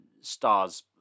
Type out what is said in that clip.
star's